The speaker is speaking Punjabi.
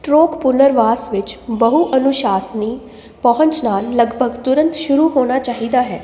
ਸਟ੍ਰੋਕ ਪੁਨਰਵਾਸ ਵਿੱਚ ਬਹੁ ਅਨੁਸ਼ਾਸਨੀ ਪਹੁੰਚ ਨਾਲ ਲਗਭਗ ਤੁਰੰਤ ਸ਼ੁਰੂ ਹੋਣਾ ਚਾਹੀਦਾ ਹੈ